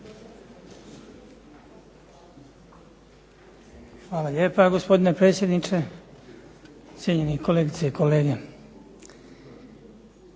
Hvala lijepa gospodine predsjedniče, cijenjeni kolegice i kolege.